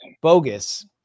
bogus